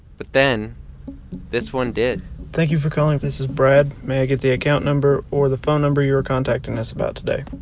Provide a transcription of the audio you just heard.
but then this one did thank you for calling. this is brad. may i get the account number or the phone number you are contacting us about today?